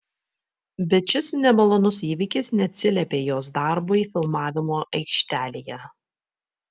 bet šis nemalonus įvykis neatsiliepė jos darbui filmavimo aikštelėje